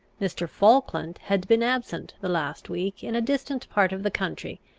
mr. falkland had been absent the last week in a distant part of the country,